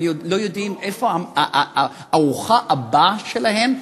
הם לא יודעים איפה הארוחה הבאה שלהם,